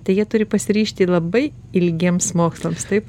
tai jie turi pasiryžti labai ilgiems mokslams taip